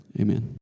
Amen